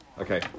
Okay